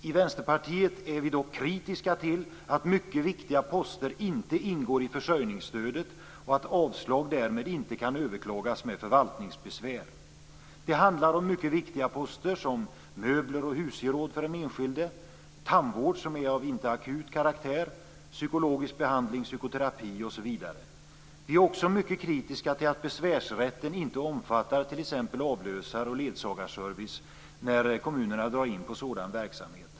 I Vänsterpartiet är vi dock kritiska till att mycket viktiga poster inte ingår i försörjningsstödet och att avslag därmed inte kan överklagas med förvaltningsbesvär. Det handlar om mycket viktiga poster som t.ex. möbler och husgeråd för den enskilde, tandvård av icke-akut karaktär, psykologisk behandling, psykoterapi osv. Vi är också mycket kritiska till att besvärsrätten inte omfattar t.ex. avlösar och ledsagarservice när kommunerna drar in på sådan verksamhet.